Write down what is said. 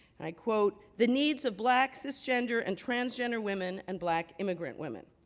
and i quote, the needs of black cisgender and transgender women and black immigrant women.